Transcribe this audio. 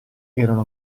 erano